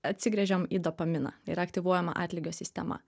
atsigręžiam į dopaminą yra aktyvuojama atlygio sistema